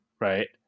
right